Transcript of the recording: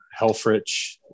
Helfrich